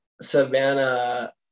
Savannah